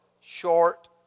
short